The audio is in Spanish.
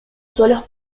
suelos